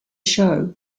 show